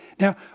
Now